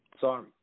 Sorry